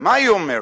מה היא אומרת?